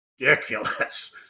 ridiculous